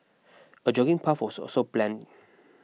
a jogging path was also plan